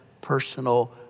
personal